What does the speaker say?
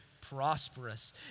prosperous